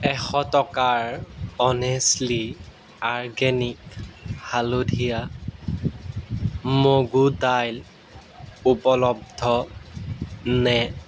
এশ টকাৰ honestly organic হালধীয়া মগু দাইল উপলব্ধনে